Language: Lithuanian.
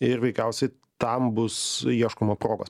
ir veikiausiai tam bus ieškoma progos